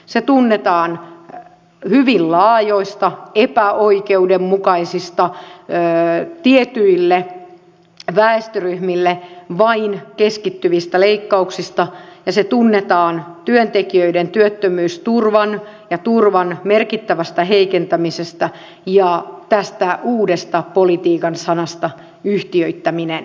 se tunnetaan hyvin laajoista epäoikeudenmukaisista vain tiettyihin väestöryhmiin keskittyvistä leikkauksista ja se tunnetaan työntekijöiden työttömyysturvan ja turvan merkittävästä heikentämisestä ja tästä uudesta politiikan sanasta yhtiöittäminen